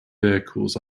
vehicles